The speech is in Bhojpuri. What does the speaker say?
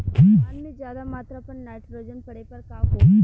धान में ज्यादा मात्रा पर नाइट्रोजन पड़े पर का होई?